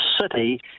city